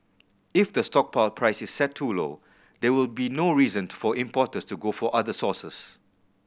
if the stockpile price is set too low there will be no reason to for importers to go for other sources